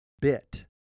bit